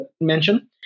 mention